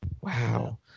Wow